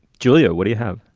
julia, what do you have?